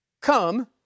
Come